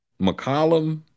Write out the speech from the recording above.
McCollum